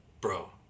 bro